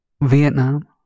Vietnam